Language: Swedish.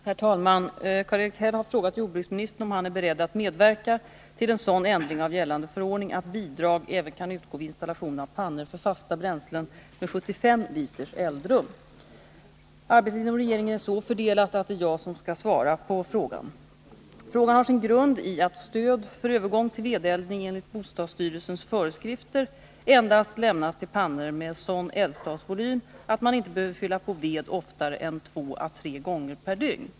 Herr talman! Karl-Erik Häll har frågat jordbruksministern om han är beredd att medverka till en sådan ändring av gällande förordning att bidrag även kan utgå vid installation av pannor för fasta bränslen med 75 liters eldrum. Arbetet inom regeringen är så fördelat att det är jag som skall svara på frågan. Frågan har sin grund i att stöd för övergång till vedeldning enligt bostadsstyrelsens föreskrifter endast lämnas till pannor med sådan eldstadsvolym att man inte behöver fylla på ved oftare än två å tre gånger per dygn.